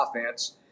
offense